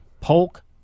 Polk